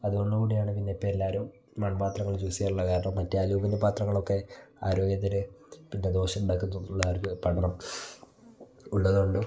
അത്കൊണ്ട് കൂടിയാണ് പിന്നെ ഇപ്പം എല്ലാവരും മൺപാത്രങ്ങൾ ചൂസ് ചെയ്യാറുള്ള കാരണം മറ്റ് അലൂമിനിയ പാത്രങ്ങളൊക്കെ ആരോഗ്യത്തിന് പിന്നെ ദോഷം ഉണ്ടാക്കുന്നു പിള്ളേർക്ക് പഠനം ഉള്ളതോണ്ടും